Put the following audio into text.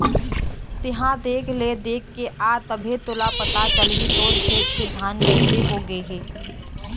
तेंहा देख ले देखके आ तभे तोला पता चलही तोर खेत के धान कइसे हो गे हे